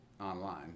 online